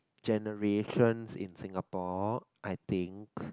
generations in Singapore I think